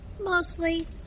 Mostly